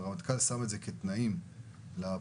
הרמטכ"ל שם את זה כתנאים לפרויקט.